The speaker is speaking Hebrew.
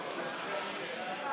תוצאות